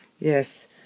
Yes